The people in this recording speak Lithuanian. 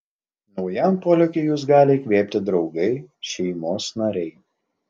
naujam polėkiui jus gali įkvėpti draugai šeimos nariai